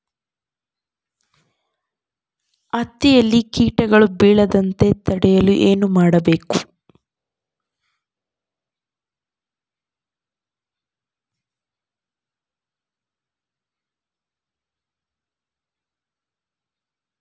ಹತ್ತಿಯಲ್ಲಿ ಕೇಟಗಳು ಬೇಳದಂತೆ ತಡೆಯಲು ಏನು ಮಾಡಬೇಕು?